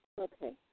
Okay